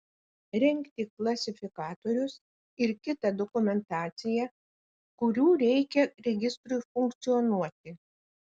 rengti klasifikatorius ir kitą dokumentaciją kurių reikia registrui funkcionuoti